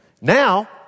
Now